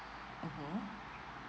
mmhmm